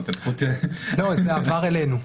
זה עבר אלינו.